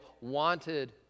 wanted